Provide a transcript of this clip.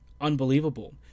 unbelievable